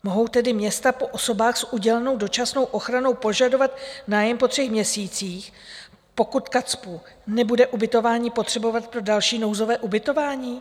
Mohou tedy města po osobách s udělenou dočasnou ochranou požadovat nájem po třech měsících, pokud KACPU nebude ubytování potřebovat pro další nouzové ubytování?